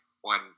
one